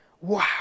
Wow